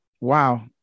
wow